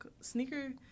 sneaker